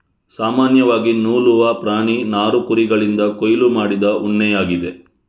ಸಾಮಾನ್ಯವಾಗಿ ನೂಲುವ ಪ್ರಾಣಿ ನಾರು ಕುರಿಗಳಿಂದ ಕೊಯ್ಲು ಮಾಡಿದ ಉಣ್ಣೆಯಾಗಿದೆ